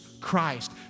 Christ